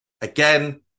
Again